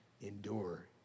endure